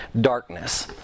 darkness